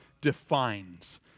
defines